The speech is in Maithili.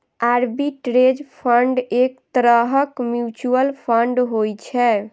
आर्बिट्रेज फंड एक तरहक म्यूचुअल फंड होइ छै